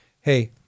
hey